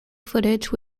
footage